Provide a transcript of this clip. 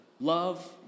Love